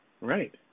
Right